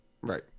Right